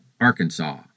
Arkansas